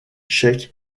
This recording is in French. tchèque